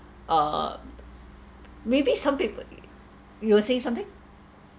uh maybe some people you were saying something